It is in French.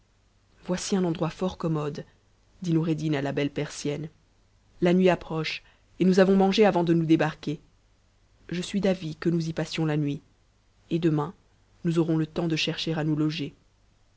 voici un endroit fort commode dit noureddiu à la belle persienne la nuit approche et nous motis mangé avant de nous débarquer je suis d'avis que nous y passions tiumit et demain nous aurons le temps de chercher à nous loger